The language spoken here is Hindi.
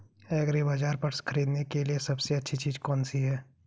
एग्रीबाज़ार पर खरीदने के लिए सबसे अच्छी चीज़ कौनसी है?